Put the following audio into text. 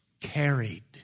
carried